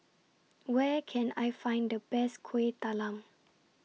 Where Can I Find The Best Kueh Talam